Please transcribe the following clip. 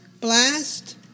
blast